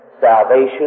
salvation